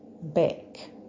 back